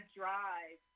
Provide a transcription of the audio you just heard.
drive –